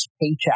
paycheck